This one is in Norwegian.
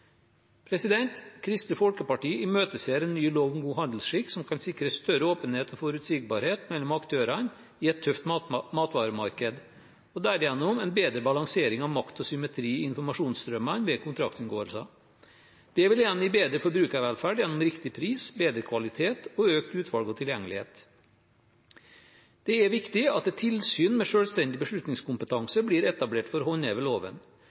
Kristelig Folkeparti imøteser en ny lov om god handelsskikk som kan sikre større åpenhet og forutsigbarhet mellom aktørene i et tøft matvaremarked, og derigjennom en bedre balansering av makt og symmetri i informasjonsstrømmene ved kontraktsinngåelser. Det vil igjen gi bedre forbrukervelferd gjennom riktig pris, bedre kvalitet og økt utvalg og tilgjengelighet. Det er viktig at et tilsyn med selvstendig beslutningskompetanse blir etablert for å håndheve loven,